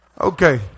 Okay